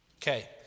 Okay